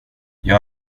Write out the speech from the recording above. jag